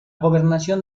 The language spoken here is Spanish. gobernación